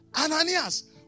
Ananias